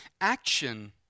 action